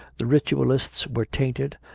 the ritualists were tainted,